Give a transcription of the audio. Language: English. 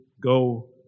go